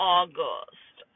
August